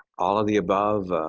all of the above?